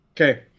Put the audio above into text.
Okay